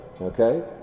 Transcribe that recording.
Okay